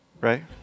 Right